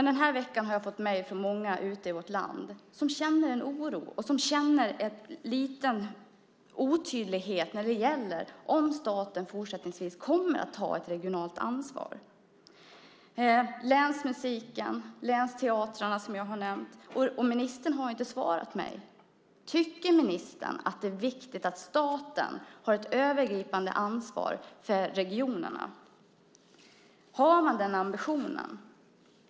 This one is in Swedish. Den här veckan har jag fått mejl från många ute i vårt land som känner en oro. Det finns en liten otydlighet när det gäller om staten fortsättningsvis kommer att ta ett regionalt ansvar. Jag har nämnt länsmusiken och länsteatrarna. Ministern har inte svarat mig. Tycker ministern att det är viktigt att staten har ett övergripande ansvar för regionerna? Har man den ambitionen?